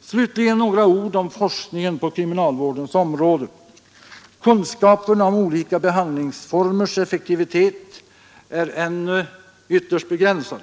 Slutligen vill jag säga några ord om forskningen på kriminalvårdens område. Kunskaperna om olika behandlingsformers effektivitet är ännu ytterst begränsade.